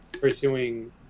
pursuing